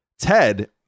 Ted